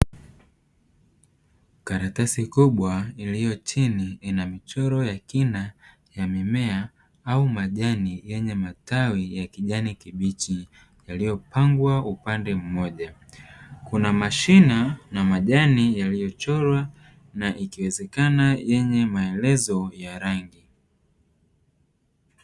Karatasi kubwa iliyo chini ina michoro ya kina ya mimea au majani yenye matawi ya kijani kibichi; yaliyopangwa upande mmoja. Kuna mashina na majani yaliyochorwa na ikiwezekana yenye maelezo ya rangi.